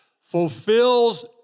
fulfills